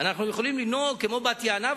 שאנחנו יכולים לנהוג כמו בת-יענה,